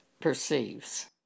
perceives